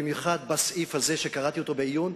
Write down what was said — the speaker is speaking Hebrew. במיוחד בסעיף הזה שקראתי בעיון.